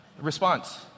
response